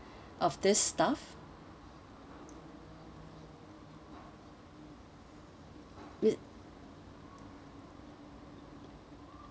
of this staff with